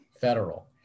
federal